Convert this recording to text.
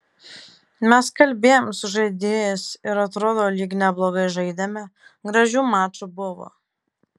mes kalbėjomės su žaidėjais ir atrodo lyg neblogai žaidėme gražių mačų buvo